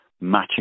matching